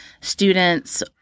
students